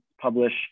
publish